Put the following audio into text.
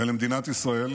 ולמדינת ישראל